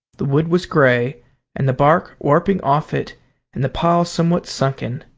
the wood was grey and the bark warping off it and the pile somewhat sunken.